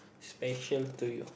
special to you